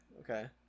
Okay